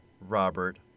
Robert